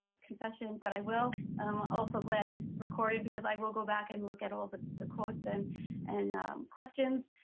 confession. but i will. and i'm also glad it's recorded, because i will go back and look at all the the quotes, and and questions,